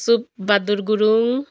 सुक बहादुर गुरुङ